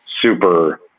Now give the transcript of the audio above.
super